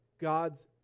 God's